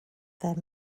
their